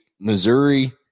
Missouri